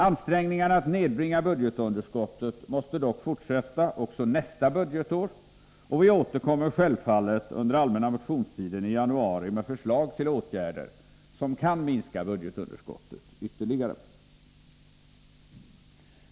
Ansträngningarna att nedbringa budgetunderskottet måste dock fortsätta också nästa budgetår, och vi återkommer självfallet under allmänna motionstiden i januari med förslag till åtgärder som kan minska budgetunderskottet ytterligare.